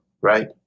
right